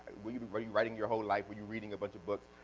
were you were you writing your whole life, were you reading a bunch of books?